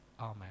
Amen